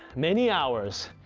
many hours,